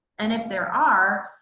and if there are,